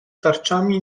tarczami